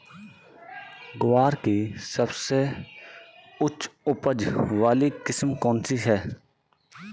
ग्वार की सबसे उच्च उपज वाली किस्म कौनसी है?